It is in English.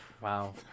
Wow